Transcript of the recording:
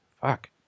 Fuck